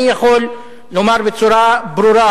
אני יכול לומר בצורה ברורה,